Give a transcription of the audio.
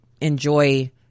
enjoy